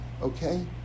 okay